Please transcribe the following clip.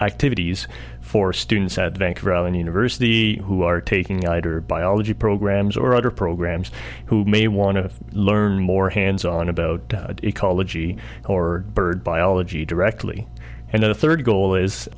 activities for students at vancouver island university who are taking biology programs or other programs who may want to learn more hands on about ecology or bird biology directly and then a third goal is